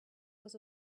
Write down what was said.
was